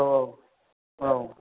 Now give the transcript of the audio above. औ औ औ